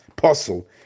Puzzle